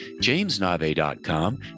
JamesNave.com